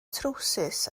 trowsus